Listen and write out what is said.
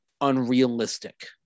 unrealistic